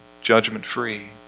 judgment-free